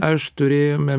aš turėjome